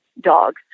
dogs